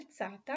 alzata